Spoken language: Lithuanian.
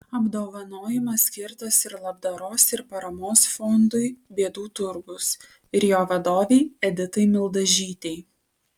apdovanojimas skirtas ir labdaros ir paramos fondui bėdų turgus ir jo vadovei editai mildažytei